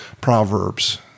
Proverbs